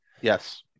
Yes